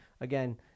again